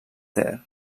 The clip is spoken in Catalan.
ter